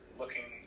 looking